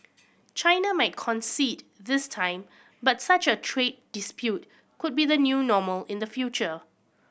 China might concede this time but such a trade dispute could be the new normal in the future